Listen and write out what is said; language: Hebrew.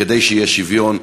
כדי שיהיה שוויון.